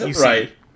Right